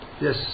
Yes